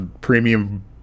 premium